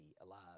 alive